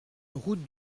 route